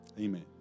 Amen